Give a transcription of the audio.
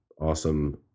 awesome